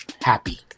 happy